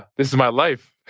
this is my life.